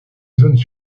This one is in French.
zones